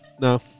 no